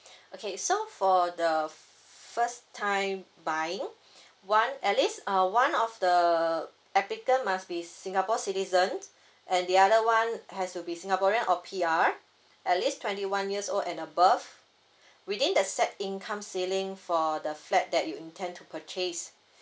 okay so for the first time buying one at least uh one of the applicant must be singapore citizen and the other one has to be singaporean or P_R at least twenty one years old and above within the set income ceiling for the flat that you intend to purchase